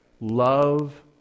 love